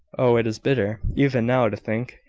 oh, it is bitter, even now, to think,